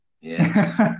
Yes